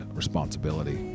responsibility